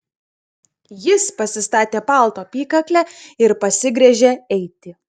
jis pasistatė palto apykaklę ir pasigręžė eiti